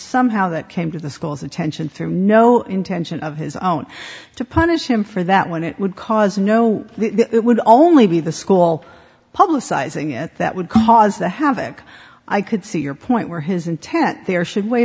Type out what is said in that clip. somehow that came to the school's attention through no intention of his own to punish him for that when it would cause no it would only be the school publicizing it that would cause the havoc i could see your point where his intent there should w